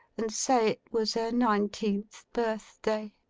and say it was her nineteenth birthday.